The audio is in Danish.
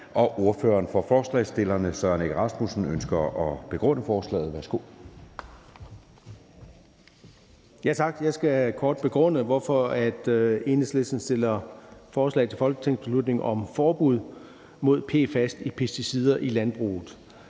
(Ordfører for forslagsstillerne) Søren Egge Rasmussen (EL): Tak. Jeg skal kort begrunde, hvorfor Enhedslisten fremsætter forslag til folketingsbeslutning om forbud mod PFAS i pesticider i landbruget.